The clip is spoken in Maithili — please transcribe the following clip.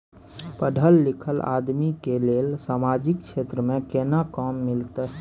पढल लीखल आदमी के लेल सामाजिक क्षेत्र में केना काम मिलते?